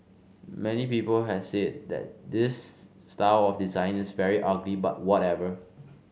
many people have said that this style of design is very ugly but whatever